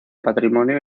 patrimonio